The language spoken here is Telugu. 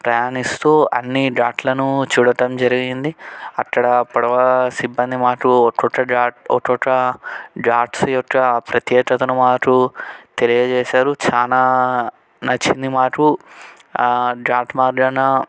ప్రయాణిస్తూ అన్నీ ఘాట్లను చూడటం జరిగింది అక్కడ పడవ సిబ్బంది మాకు ఒక్కొక్క ఘా ఒక్కొక్క ఘాట్స్ యొక్క ప్రత్యేకతను మాకు తెలియజేశారు చాలా నచ్చింది మాకు ఆ ఘాట్ మార్గాన